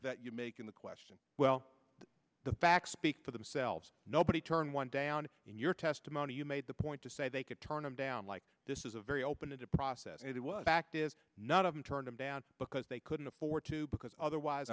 that you're making the question well the facts speak for themselves nobody turned one down in your testimony you made the point to say they could turn him down like this is a very open and a process and it was active none of them turned him down because they couldn't afford to because otherwise